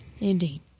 Indeed